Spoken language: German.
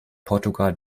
portugal